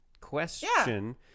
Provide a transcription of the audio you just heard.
question